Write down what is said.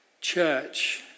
church